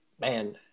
man